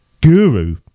guru